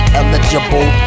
eligible